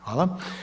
Hvala.